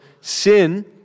sin